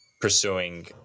pursuing